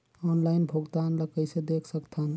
Online भुगतान ल कइसे देख सकथन?